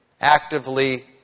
actively